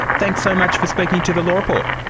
thanks so much for speaking to the law report.